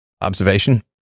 observation